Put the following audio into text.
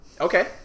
Okay